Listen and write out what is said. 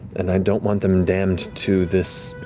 and i don't want them damned to this